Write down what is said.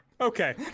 okay